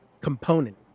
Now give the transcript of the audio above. component